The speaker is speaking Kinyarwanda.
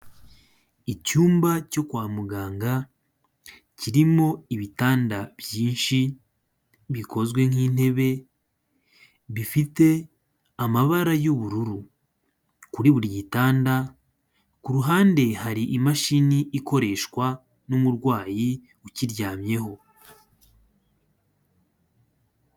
Icyumba cyo kwa muganga kirimo ibitanda byinshi bikozwe nk'intebe bifite amabara y'ubururu, kuri buri gitanda ku ruhande hari imashini ikoreshwa n'umurwayi ukiryamyeho.